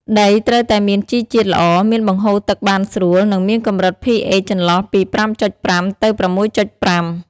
ដីត្រូវតែមានជីជាតិល្អ មានបង្ហូរទឹកបានស្រួល និងមានកម្រិត pH ចន្លោះពី 5.5 ទៅ 6.5។